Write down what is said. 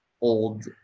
old